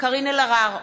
קארין אלהרר,